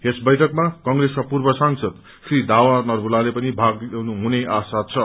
यस बैठकमा कंग्रेसका पूर्व सांसद श्री दावा नर्वुलाले भाग लिनु हुने आशा छ